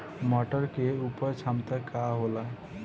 मटर के उपज क्षमता का होला?